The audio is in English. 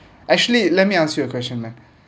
actually let me ask you a question man